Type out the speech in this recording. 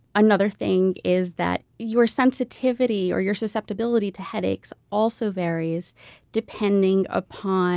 another thing is that your sensitivity or your susceptibility to headaches also varies depending upon